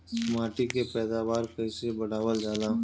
माटी के पैदावार कईसे बढ़ावल जाला?